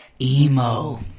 Emo